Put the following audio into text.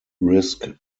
risk